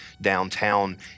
downtown